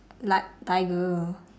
li~ tiger